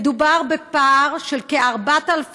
מדובר בפער של כ-4,000 נהגים.